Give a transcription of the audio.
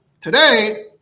today